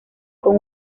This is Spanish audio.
con